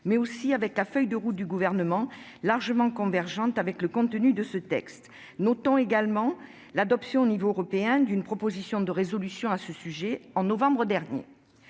mais aussi avec la feuille de route du Gouvernement, largement convergente avec le contenu de ce texte. Notons également l'adoption au niveau européen d'une proposition de résolution à ce sujet en novembre dernier.